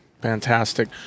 Fantastic